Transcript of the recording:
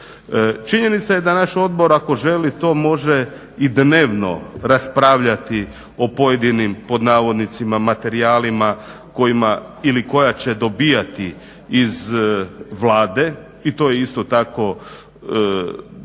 Činjenica je da naš odbor ako želi to može i dnevno raspravljati o pojedinim pod navodnicima materijalima kojima ili koja će dobivati iz Vlade i to je isto tako dobro.